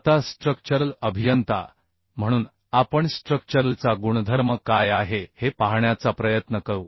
आता स्ट्रक्चरल अभियंता म्हणून आपण स्ट्रक्चरलचा गुणधर्म काय आहे हे पाहण्याचा प्रयत्न करू